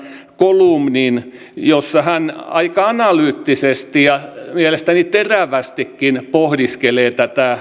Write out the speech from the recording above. kolumnin jossa hän aika analyyttisesti ja mielestäni terävästikin pohdiskelee tätä